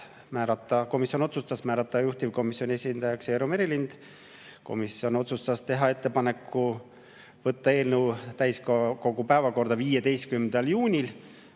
Komisjon otsustas määrata juhtivkomisjoni esindajaks Eero Merilinnu. Komisjon otsustas teha ettepaneku võtta eelnõu täiskogu päevakorda 15. juunil.